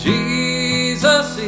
Jesus